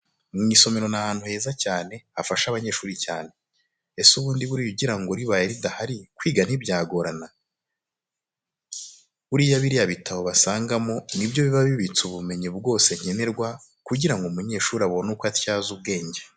Mu isomero ni ahantu heza cyane hafasha abanyeshuri cyane. Ese bundi buriya ugira ngo ribaye ridahari, kwiga ntibyagorana? Buriya biriya bitabo basangamo ni byo biba bibitse ubumenyi bwose nkenerwa kugira ngo umunyeshuri abone uko atyaza ubwenge.